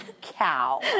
cow